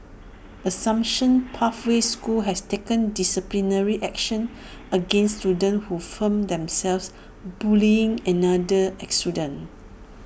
assumption pathway school has taken disciplinary action against students who filmed themselves bullying another student